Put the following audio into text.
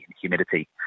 humidity